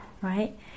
right